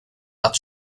but